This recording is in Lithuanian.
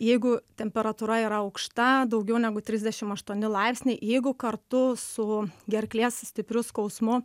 jeigu temperatūra yra aukšta daugiau negu trisdešim aštuoni laipsniai jeigu kartu su gerklės stipriu skausmu